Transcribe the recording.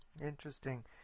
Interesting